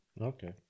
Okay